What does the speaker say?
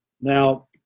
now